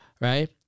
right